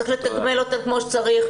צריך לתגמל אותן כמו שצריך,